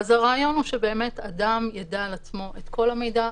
הרעיון הוא שהאדם יוכל לדעת על עצמו את כל המידע,